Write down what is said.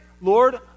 Lord